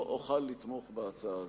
לא אוכל לתמוך בהצעה הזאת.